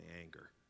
anger